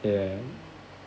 ya